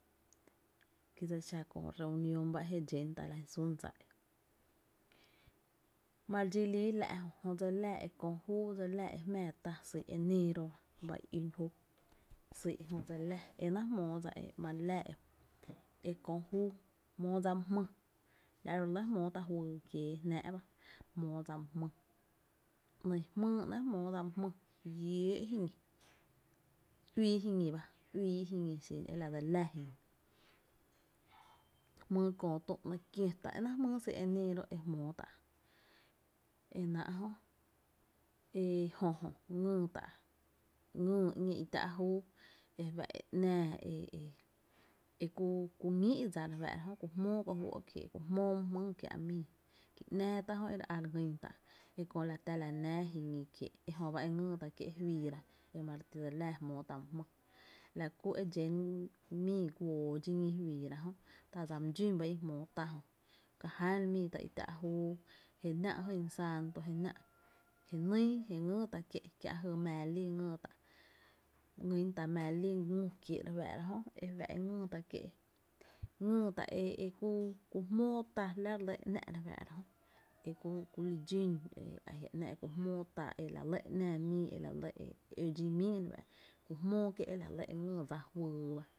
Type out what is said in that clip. Kí dse li xá köö reunión ba jé dxén tá’ lajyn sún dsa i, ma re dxi líi la’ jö, jö dse li láá e kö juu dse li láá e jmáá tá syy enero ba i ún júu syy jö dseli laa, enáá’ jmóo dsa mali láá e kö júu, jmóo dsa my jmýy, la’ ro’ re lɇ jmóo tá’ juyy kiee jnáá’ ba, jmóo dsa my jmÿÿ, ‘Ny JMÝY ‘nɇɇ’ jmóo dsa my jmÿÿ, lló’ jiñi, uíi jiñi ba, uíi’ jiñi xin e lamdseli laa jiñi, jmyy kö, tü, ‘ny, kiö e ta ‘enáá’ jmýy jmóo tá’ e náá’ jö, e jö jö ngýy tá’, ngyy ‘ñee i tá’ júu e fa’ e ‘nⱥⱥ e ku ñíi’ dsa re fáá’ra jö e ku jmóo ko juó’ kiee’ e ku jmóo my jmÿÿ kiä’ mii jö, ki ‘nⱥⱥ tá’ jö e re a re ngýntá’ jö e kö la tá la nⱥⱥ jiñi kiee’, ejöba e ngýy tá’ kie’ juiira e mare ti dseli láá jmóo tá’ my jmÿÿ, la ku e dxén mii guoo dxí ñí juiira jö tá’ dsa my dxún ba i jmóo tá jö, ka ján mii tá’ i tⱥ’ júu je náá’ jyn santo jenýy je ngyy tá’ kié’ kiä’ mⱥⱥ lí ngyy tá’ ngyn tá’ mⱥⱥ lí ngü kiee’ re fáá’ra jöngyy tá’ kie’, ngyytá’ e e e ku ku jmóo tá la re lɇ e ‘nⱥ’ refáá’ra jö ki ku li dxún ajia’ ‘nⱥ’ ku jmóo tá’ e la lɇ e ‘naa mii e la lɇ e ǿ dxi míi, ku jmóo e la lɇ e ‘náá dsa juyy ba